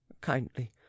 Kindly